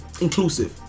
Inclusive